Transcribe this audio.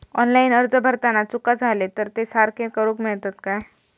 Online अर्ज भरताना चुका जाले तर ते सारके करुक मेळतत काय?